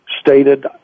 stated